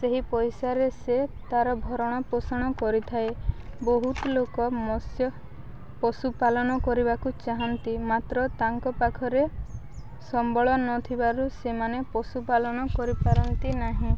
ସେହି ପଇସାରେ ସେ ତାର ଭରଣ ପୋଷଣ କରିଥାଏ ବହୁତ ଲୋକ ମତ୍ସ୍ୟ ପଶୁପାଳନ କରିବାକୁ ଚାହାନ୍ତି ମାତ୍ର ତାଙ୍କ ପାଖରେ ସମ୍ବଳ ନଥିବାରୁ ସେମାନେ ପଶୁପାଳନ କରିପାରନ୍ତି ନାହିଁ